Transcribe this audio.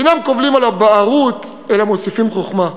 אינם קובלים על הבערות, אלא מוסיפים חוכמה.